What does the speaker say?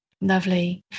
lovely